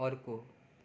अर्को